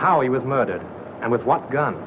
how he was murdered and with what